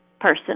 person